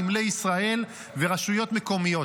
נמלי ישראל ורשויות מקומיות,